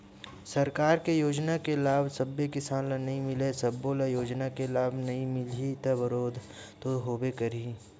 सरकार के योजना के लाभ सब्बे किसान ल नइ मिलय, सब्बो ल योजना के लाभ नइ मिलही त बिरोध तो होबे करही